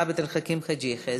עבד אל חכים חאג' יחיא.